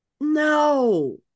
No